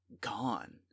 gone